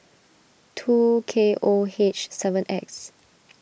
two K O H seven X